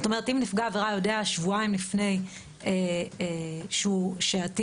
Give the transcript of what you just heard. זאת אומרת שאם נפגע העבירה יודע שבועיים לפני שהוא עתיד